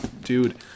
dude